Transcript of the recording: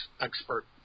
expert